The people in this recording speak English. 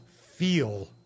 feel